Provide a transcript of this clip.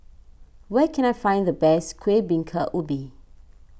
where can I find the best Kuih Bingka Ubi